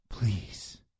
Please